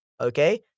okay